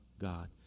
God